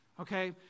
okay